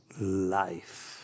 life